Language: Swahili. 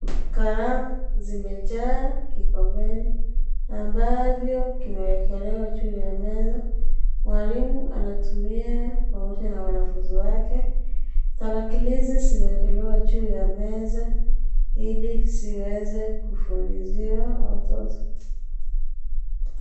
Kalamu zimejaa kikombeni amavyo kimewekelewa juu ya meza . Mwalimu anatumia pamoja na wanafunzi wake . Tarakilishi zimewekelewa juu ya meza ili zimeweze kufunziwa watoto.